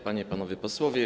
Panie i Panowie Posłowie!